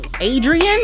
adrian